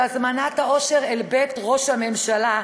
של הזמנת העושר אל בית ראש הממשלה,